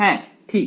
হ্যাঁ ঠিক